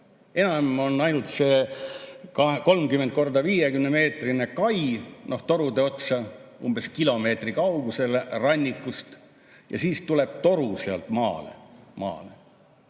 peale. On ainult 30 × 50-meetrine kai, noh, torude otsa umbes kilomeetri kaugusele rannikust, ja siis tuleb toru sealt maale. Ja